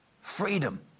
freedom